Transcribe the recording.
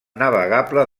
navegable